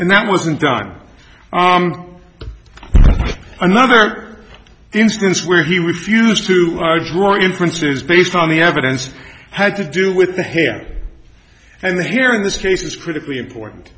and that wasn't done another instance where he refused to draw inferences based on the evidence had to do with the here and here in this case is critically important